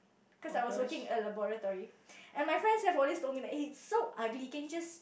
cause I was working at laboratory and my friends have always told me eh it's so ugly can you just